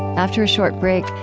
after a short break,